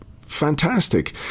fantastic